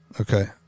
Okay